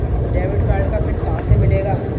Debit card का PIN कहां से मिलेगा?